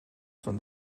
from